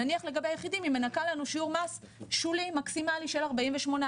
נניח לגבי יחידים היא מנכה לנו שיעור מס שולי מקסימלי של 48%